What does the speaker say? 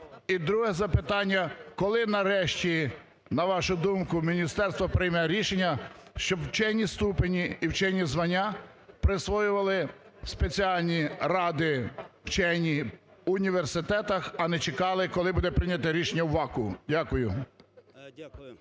І друге запитання. Коли нарешті, на вашу думку, міністерство прийме рішення, щоб вчені ступені і вчені звання присвоювали спеціальні ради вчені в університетах, а не чекали, коли буде прийняте рішення в ВАКу? Дякую.